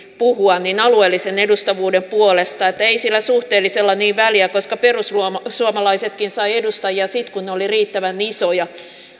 puhua alueellisen edustavuuden puolesta niin että ei sillä suhteellisella niin väliä koska perussuomalaisetkin saivat edustajia sitten kun he olivat riittävän isoja